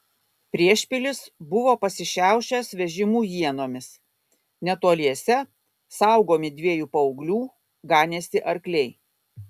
priešpilis buvo pasišiaušęs vežimų ienomis netoliese saugomi dviejų paauglių ganėsi arkliai